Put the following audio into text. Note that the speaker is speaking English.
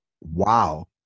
wow